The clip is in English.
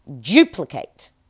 duplicate